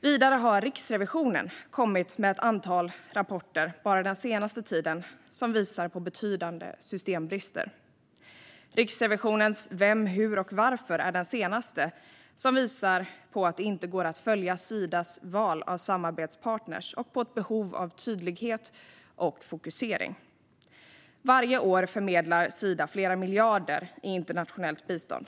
Vidare har Riksrevisionen kommit med ett antal rapporter bara den senaste tiden som visar på betydande systembrister. Riksrevisionens Vem, hur och varför är den senaste rapporten som visar på att det inte går att följa Sidas val av samarbetspartner och på ett behov av tydlighet och fokusering. Varje år förmedlar Sida flera miljarder i internationellt bistånd.